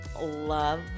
Love